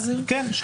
כן,